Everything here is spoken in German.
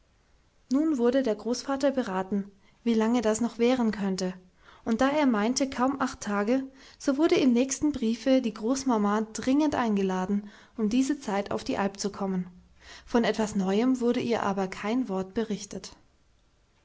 nun wurde der großvater beraten wie lange das noch währen könnte und da er meinte kaum acht tage so wurde im nächsten briefe die großmama dringend eingeladen um diese zeit auf die alp zu kommen von etwas neuem wurde ihr aber kein wort berichtet